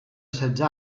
setze